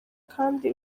kandi